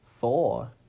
four